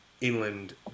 inland